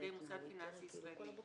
יוגש על ידי מוסד פיננסי ישראלי.